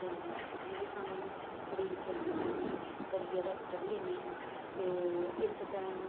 ते जियां सानू बड़ी जल्दी जल्दी करियै ते अस जन्ने होन्ने आं ते इस टाइम